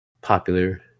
popular